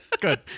Good